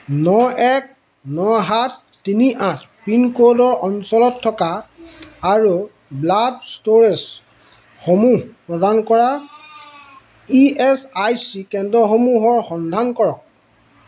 ন এক ন সাত তিনি আঠ পিনক'ডৰ অঞ্চলত থকা আৰু ব্লাড ষ্টোৰেজসমূহ প্ৰদান কৰা ই এছ আই চি কেন্দ্ৰসমূহৰ সন্ধান কৰক